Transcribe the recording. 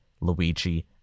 Luigi